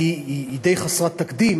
כי היא די חסרת תקדים